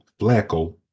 Flacco